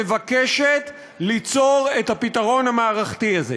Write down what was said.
מבקשת ליצור את הפתרון המערכתי הזה.